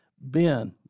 Ben